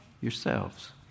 yourselves